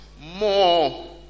more